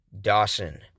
Dawson